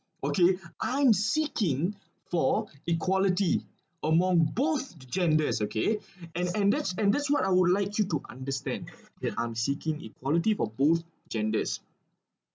okay I'm seeking for equality among both genders okay and and that's and that's what I would like you to understand that I'm seeking equality for both genders